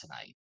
tonight